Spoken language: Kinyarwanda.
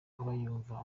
abayumva